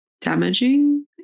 damaging